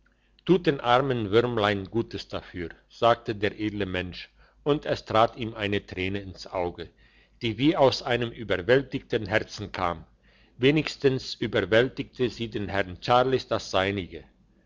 tut den armen würmlein gutes dafür sagte der edle mensch und es trat ihm eine träne ins auge die wie aus einem überwältigten herzen kam wenigstens überwältigte sie dem herrn charles das seinige